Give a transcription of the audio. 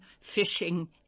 fishing